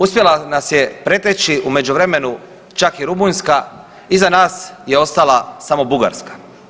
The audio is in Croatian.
Uspjela nas je preteći u međuvremenu čak i Rumunjska, iza nas je ostala samo Bugarska.